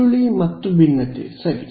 ಸುರುಳಿ ಮತ್ತು ಭಿನ್ನತೆ ಸರಿ